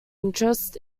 interests